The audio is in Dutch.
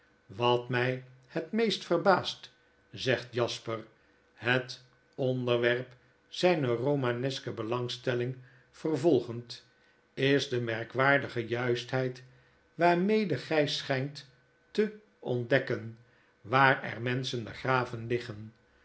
wat mjj het meest verbaasd zegt jasper het onderwerp zflner romaneske belangstelling vervolgend is de merkwaardige juistheid waarmede gij schynt te ontdekken waar er menschen begraven liggen